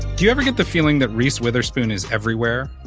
do you ever get the feeling that reese witherspoon is everywhere?